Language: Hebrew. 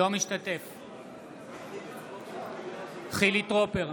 אינו משתתף בהצבעה חילי טרופר,